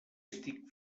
estic